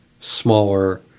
smaller